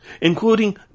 Including